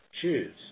choose